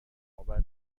آور